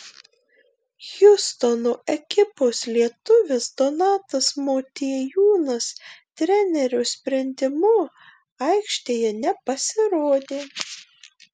hjustono ekipos lietuvis donatas motiejūnas trenerio sprendimu aikštėje nepasirodė